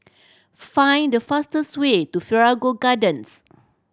find the fastest way to Figaro Gardens